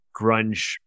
grunge